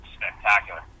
spectacular